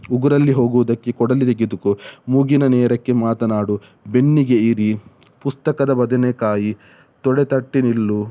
ಉಗುರಲ್ಲಿ ಹೋಗುವುದಕ್ಕೆ ಕೊಡಲಿ ತೆಗೆದುಕೊ ಮೂಗಿನ ನೇರಕ್ಕೆ ಮಾತನಾಡು ಬೆನ್ನಿಗೆ ಇರಿ ಪುಸ್ತಕದ ಬದನೆಕಾಯಿ ತೊಡೆತಟ್ಟಿ ನಿಲ್ಲು